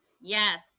Yes